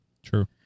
True